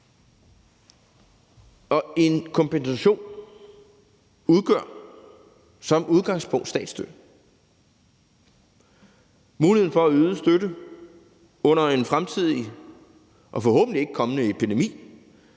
og en kompensation udgør som udgangspunkt statsstøtte. Muligheden for at yde støtte under en fremtidig og forhåbentlig ikke kommende epidemi